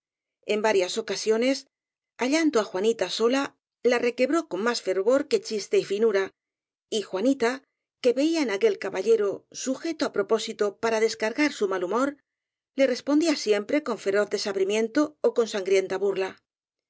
en varias ocasiones hallan do á juanita sola la requebró con más fervor que chiste y finura y juanita que veía en aquel caba llero sujeto á propósito para descargar su mal hu mor le respondía siempre con feroz desabrimien to ó con sangrienta burla